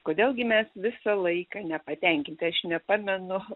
kodėl gi mes visą laiką nepatenkinti aš nepamenu